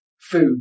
Food